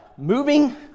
Moving